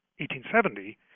1870